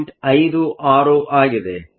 56 ಆಗಿದೆ